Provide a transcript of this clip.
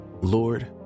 Lord